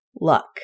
luck